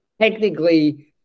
Technically